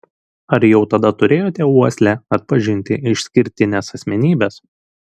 ar jau tada turėjote uoslę atpažinti išskirtines asmenybes